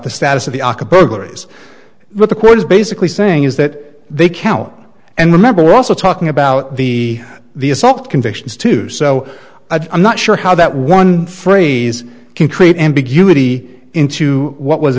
the status of the aca burglaries what the court is basically saying is that they count and remember we're also talking about the the assault convictions two so i'm not sure how that one phrase can create ambiguity into what was